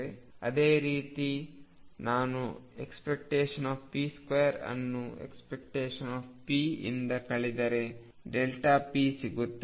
ಅದೇ ರೀತಿ ನಾನು ⟨p2⟩ ಅನ್ನು ⟨p⟩ ಇಂದ ಕಳೆದರೆ p ಸಿಗುತ್ತದೆ